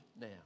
now